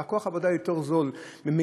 כוח העבודה יותר זול ממילא,